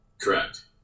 correct